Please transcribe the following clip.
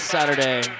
Saturday